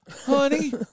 honey